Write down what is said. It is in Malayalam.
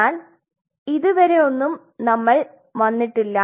എന്നാൽ ഇതുവരെ ഒന്നും നമ്മൾ വന്നിട്ടില്ല